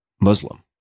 Muslim